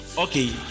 Okay